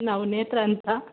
ನಾವು ನೇತ್ರ ಅಂತ